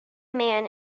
man